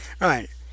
right